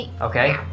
okay